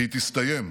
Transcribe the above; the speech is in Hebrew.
והיא תסתיים,